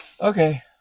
Okay